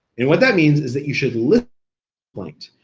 and what that means is that you should listen complaint,